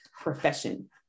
profession